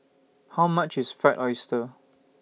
How much IS Fried Oyster